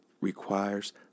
requires